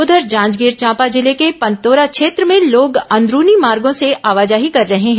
उधर जांजगीर चांपा जिले के पंतोरा क्षेत्र में लोग अंदरूनी मार्गों से आवाजाही कर रहे हैं